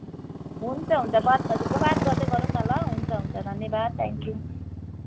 हुन्छ हुन्छ बात हजुर बात गर्दै गरौँ न ल हुन्छ हुन्छ धन्यवाद थ्याङ्क यु